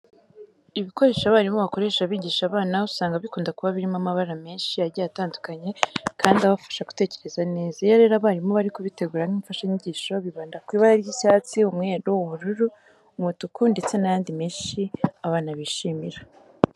Ibikoresho abarimu bakoresha bigisha abana usanga bikunda kuba birimo amabara menshi agiye atandukanye, kandi abafasha gutekereza neza. Iyo rero abarimu bari kubitegura nk'imfashanyigisho bibanda ku ibara ry'icyatsi, umweru, ubururu, umutuku ndetse n'ayandi menshi abana bishimira.